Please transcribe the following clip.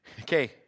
Okay